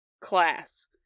class